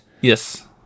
Yes